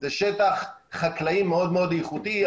זה שטח חקלאי מאוד מאוד איכותי.